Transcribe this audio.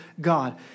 God